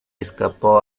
escapó